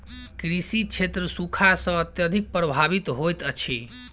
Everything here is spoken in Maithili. कृषि क्षेत्र सूखा सॅ अत्यधिक प्रभावित होइत अछि